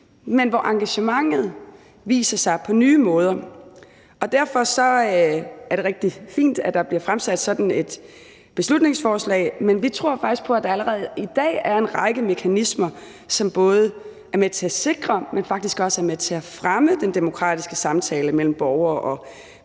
men engagementet viser sig på nye måder. Derfor er det rigtig fint, at der bliver fremsat sådan et beslutningsforslag, men vi tror faktisk på, at der allerede i dag er en række mekanismer, som både er med til at sikre, men faktisk også er med til at fremme den demokratiske samtale mellem borgere og politikere.